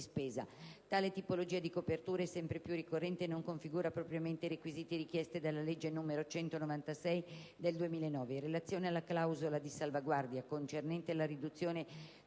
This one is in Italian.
spesa. Tale tipologia di copertura è sempre più ricorrente e non configura propriamente i requisiti richiesti dalla legge n. 196 del 2009. In relazione alla clausola di salvaguardia, concernente la riduzione